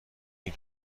این